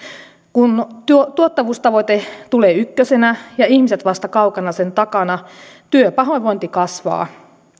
kun tuottavuustavoite tulee ykkösenä ja ihmiset vasta kaukana sen takana työpahoinvointi kasvaa